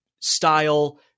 style